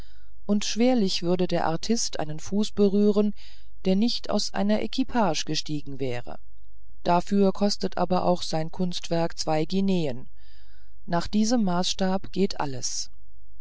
und schwerlich würde der artist einen fuß berühren der nicht aus einer equipage gestiegen wäre dafür kostet aber auch sein kunstwerk zwei guineen nach diesem maßstabe geht alles